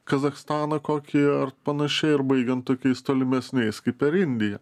kazachstaną kokį ar panašiai ir baigiant tokiais tolimesniais kaip per indiją